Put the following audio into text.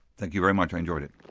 thank you very much, i enjoyed it.